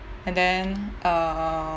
and then uh